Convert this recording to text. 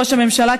ראש הממשלה,